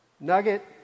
Nugget